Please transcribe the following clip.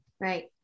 right